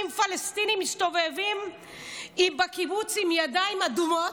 פלסטינים מסתובבים בקיבוץ עם ידיים אדומות,